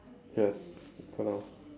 yes don't know